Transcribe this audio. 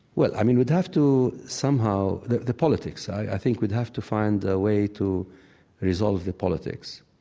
well, i mean, we'd have to somehow the the politics, i think, we'd have to find a way to resolve the politics.